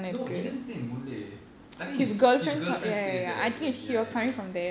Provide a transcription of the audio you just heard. no he doesn't stay in boon lay I think his his girlfriend stays there I think ya ya